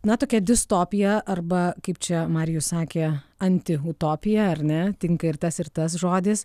na tokia distopija arba kaip čia marijus sakė antiutopija ar ne tinka ir tas ir tas žodis